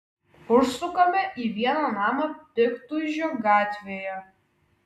užsukame į vieną namą piktuižio gatvėje